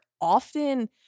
Often